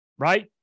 Right